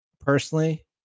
personally